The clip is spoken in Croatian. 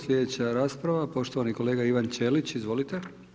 Slijedeća rasprava, poštovani kolega Ivan Ćelić, izvolite.